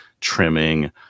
trimming